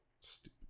Stupid